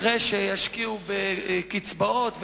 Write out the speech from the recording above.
אחרי שישקיעו בקצבאות,